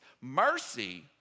Mercy